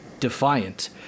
Defiant